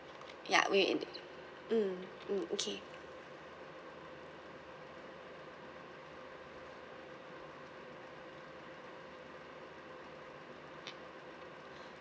ya we mm mm okay